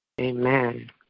Amen